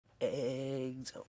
eggs